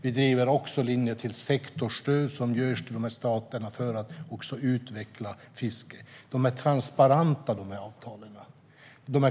Vi driver också linjen att sektorsstöd ges till de här staterna för att utveckla fisket. Avtalen är transparenta och